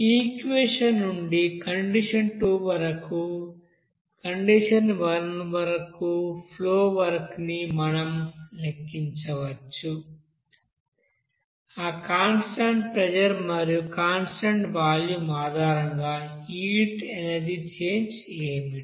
ఈ ఈక్వెషన్ నుండి కండిషన్ 2 నుండి కండిషన్ 1 వరకు ఫ్లో వర్క్ ని మనం లెక్కించవచ్చు ఆ కాన్స్టాంట్ ప్రెజర్ మరియు కాన్స్టాంట్ వాల్యూమ్ ఆధారంగా హీట్ ఎనర్జీ చేంజ్ ఏమిటి